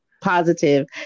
positive